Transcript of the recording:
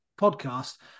podcast